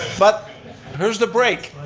but here's the break.